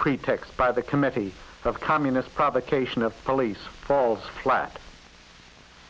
pretext by the committee of communist provocation of police falls flat